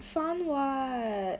fun [what]